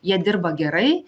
jie dirba gerai